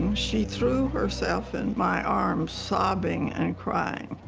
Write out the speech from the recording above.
she threw herself in my arms sobbing and crying